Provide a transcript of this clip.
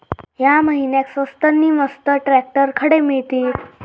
या महिन्याक स्वस्त नी मस्त ट्रॅक्टर खडे मिळतीत?